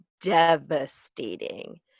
devastating